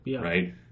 right